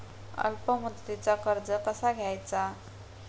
अल्प मुदतीचा कर्ज कसा घ्यायचा?